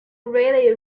really